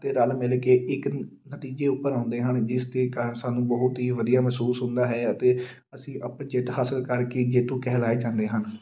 ਅਤੇ ਰਲ਼ ਮਿਲ ਕੇ ਇੱਕ ਨਤੀਜੇ ਉੱਪਰ ਆਉਂਦੇ ਹਨ ਜਿਸ ਦੇ ਕਾਰਨ ਸਾਨੂੰ ਬਹੁਤ ਹੀ ਵਧੀਆ ਮਹਿਸੂਸ ਹੁੰਦਾ ਹੈ ਅਤੇ ਅਸੀਂ ਆਪਣੀ ਜਿੱਤ ਹਾਸਲ ਕਰਕੇ ਜੇਤੂ ਕਹਿਲਾਏ ਜਾਂਦੇ ਹਨ